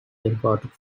important